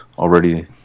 already